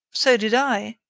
so did i,